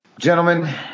Gentlemen